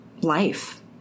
life